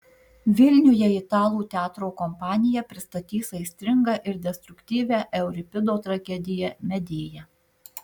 vilniuje italų teatro kompanija pristatys aistringą ir destruktyvią euripido tragediją medėja